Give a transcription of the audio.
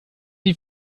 die